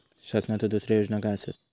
शासनाचो दुसरे योजना काय आसतत?